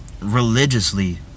religiously